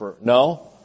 No